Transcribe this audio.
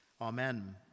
Amen